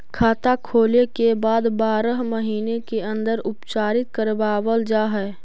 खाता खोले के बाद बारह महिने के अंदर उपचारित करवावल जा है?